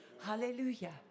Hallelujah